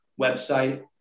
website